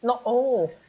not oh